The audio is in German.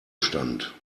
stand